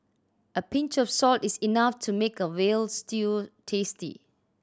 a pinch of salt is enough to make a veal stew tasty